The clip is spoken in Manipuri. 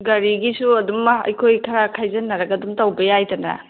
ꯒꯥꯔꯤꯒꯤꯁꯨ ꯑꯗꯨꯝ ꯃꯥ ꯑꯩꯈꯣꯏ ꯈꯔ ꯈꯥꯏꯖꯤꯟꯅꯔꯒ ꯑꯗꯨꯝ ꯇꯧꯕ ꯌꯥꯏꯗꯅ